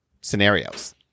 scenarios